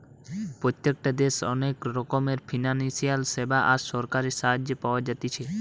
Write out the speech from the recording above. প্রত্যেকটা দেশে অনেক রকমের ফিনান্সিয়াল সেবা আর সরকারি সাহায্য পাওয়া যাতিছে